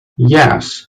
yes